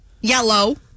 yellow